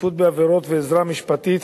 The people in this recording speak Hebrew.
שיפוט בעבירות ועזרה משפטית),